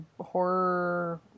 horror